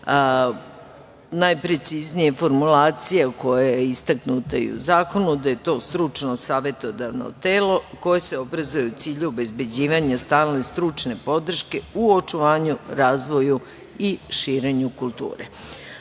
najpreciznije formulacija koja je istaknuta i u zakonu, da je to stručno savetodavno telo koje se obrazuje u cilju obezbeđivanja stalne stručne podrške u očuvanju, razvoju i širenju kulture. Osnovna